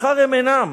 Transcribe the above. מחר הם אינם,